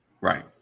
Right